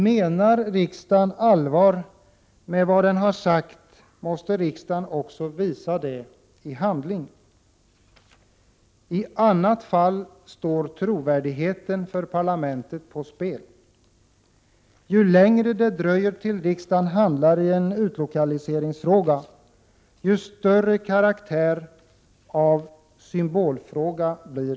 Menar riksdagen allvar med vad den har sagt, måste riksdagen också visa det i handling. I annat fall står parlamentets trovärdighet på spel. 41 Ju längre det dröjer tills riksdagen handlar i en utlokalisering, desto mer får utlokaliseringen karaktär av symbolfråga.